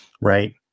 right